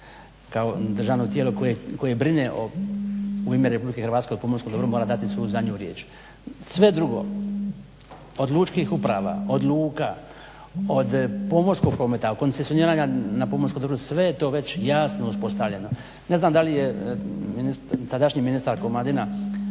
kao državno tijelo koje brine u ime RH o pomorskom dobru mora dati svoju zadnju riječ. Sve drugo od lučkih uprava, od luka od pomorskog prometa, od koncesioniranja na pomorsko dobro, sve je to već jasno uspostavljeno. Ne znam da li je tadašnji ministar Komadina